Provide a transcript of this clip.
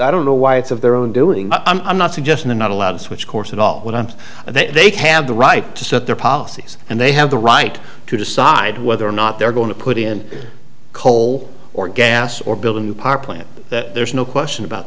i don't know why it's of their own doing but i'm not suggesting are not allowed to switch course at all wouldn't they have the right to set their policies and they have the right to decide whether or not they're going to put in coal or gas or build a new power plant that there's no question about